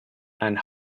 and